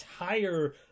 entire